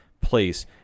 place